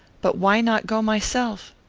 but why not go myself?